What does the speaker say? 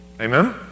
Amen